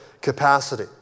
capacity